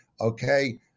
okay